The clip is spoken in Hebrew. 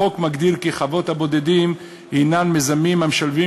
החוק מגדיר כי חוות הבודדים הן מיזמים המשלבים